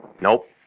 Nope